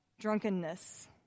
drunkenness